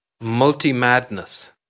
Multi-Madness